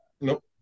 Nope